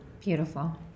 Beautiful